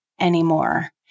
anymore